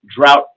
drought